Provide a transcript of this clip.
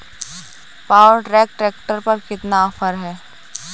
Power track tractor पर कितना offer है?